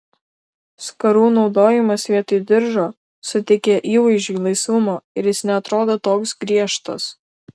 skarų naudojimas vietoj diržo suteikia įvaizdžiui laisvumo ir jis neatrodo toks griežtas